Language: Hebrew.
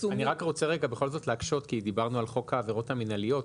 אני רק רוצה בכל זאת להקשות כי דיברנו על חוק העבירות המינהליות.